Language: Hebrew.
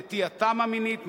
נטייתם המינית,